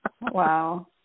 Wow